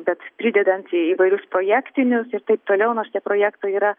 bet pridedant įvairius projektinius ir taip toliau nors tie projektų yra